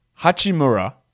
Hachimura